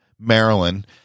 Maryland